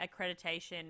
accreditation